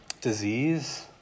disease